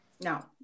No